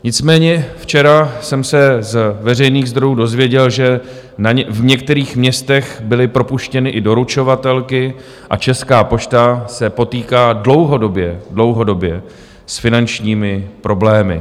Nicméně včera jsem se z veřejných zdrojů dověděl, že v některých městech byly propuštěny i doručovatelky a Česká pošta se potýká dlouhodobě, dlouhodobě s finančními problémy.